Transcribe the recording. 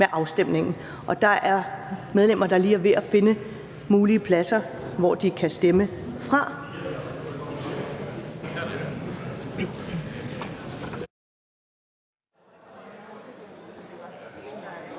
med afstemningen. Der er medlemmer, der lige er ved at finde mulige pladser, hvor de kan stemme fra.